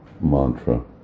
mantra